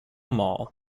mall